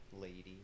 Lady